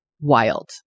wild